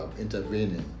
intervening